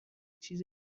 چیز